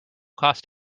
cost